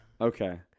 Okay